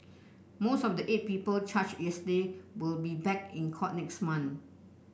most of the eight people charged yesterday will be back in court next month